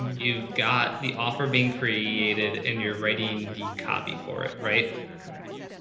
you've got the offer being created and you're writing the copy for it, right? correct.